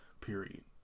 period